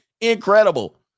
incredible